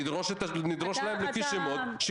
נדרוש אותם לפי שמות,